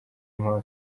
impamvu